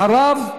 אחריו,